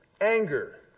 anger